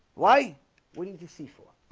why wouldn't you see for